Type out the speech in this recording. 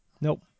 Nope